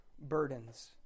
burdens